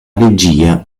regia